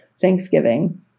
Thanksgiving